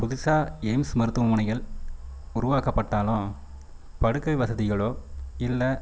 புதுசாக எய்ம்ஸ் மருத்துவமனைகள் உருவாக்கப்பட்டாலும் படுக்கை வசதிகளோ இல்லை